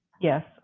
yes